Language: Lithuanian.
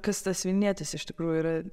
kas tas vilnietis iš tikrųjų yra